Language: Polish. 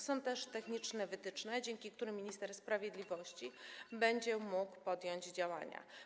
Są też wytyczne techniczne, dzięki którym minister sprawiedliwości będzie mógł podjąć działania.